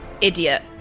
Idiot